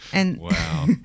Wow